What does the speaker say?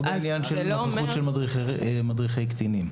לא בעניין של נוכחות מדריכי קטינים.